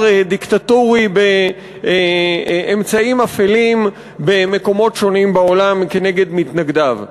דיקטטורי באמצעים אפלים במקומות שונים בעולם כנגד מתנגדיו?